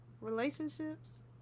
Relationships